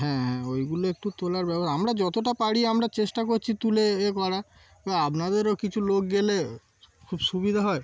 হ্যাঁ হ্যাঁ ওইগুলো একটু তোলার ব্যবস্থার আমরা যতটা পারি আমরা চেষ্টা করছি তুলে এ করা এবার আপনাদেরও কিছু লোক গেলে খুব সুবিধা হয়